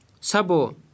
Sabo